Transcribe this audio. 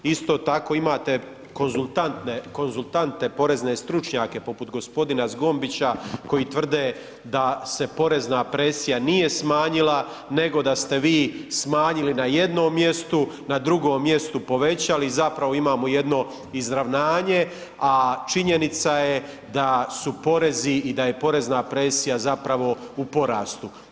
Isto tako imate konzultante porezne stručnjake poput gospodina Zgombića koji tvrde da se porezna presija nije smanjila nego da ste vi smanjili na jednom mjestu, na drugom mjestu povećali zapravo imamo jedno izravnanje, a činjenica je da su porezi i porezna presija u porastu.